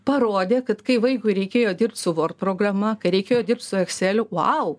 parodė kad kai vaikui reikėjo dirbti su word programa kai reikėjo dirbt su ekseliu vau